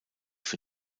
für